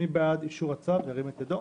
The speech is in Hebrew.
מי בעד אישור הצו, ירים את ידו.